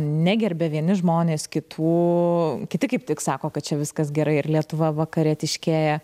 negerbia vieni žmonės kitų kiti kaip tik sako kad čia viskas gerai ir lietuva vakarietiškėja